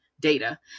data